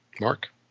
Mark